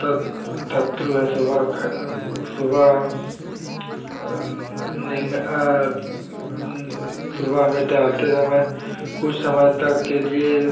सत शत्रु है सुबह सुबह सुबह में टहलते समय कुछ समय तक के लिए